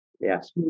Yes